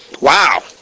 Wow